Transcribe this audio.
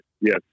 yes